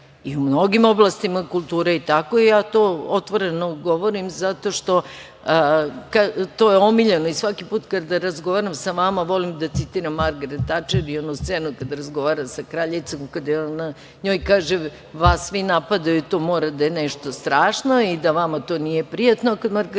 U mnogim oblastima kulture je tako i ja to otvoreno govorim zato što, to je omiljeno i svaki put kada razgovaram sa vama, volim da citiram Margaret Tačer i onu scenu kada razgovara sa kraljicom, kada ona njoj kaže - vas svi napadaju, to mora da je nešto strašno i da vama to nije prijatno, a kada Margaret